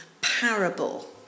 parable